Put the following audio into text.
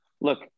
look